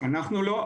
אנחנו לא.